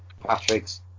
Patrick's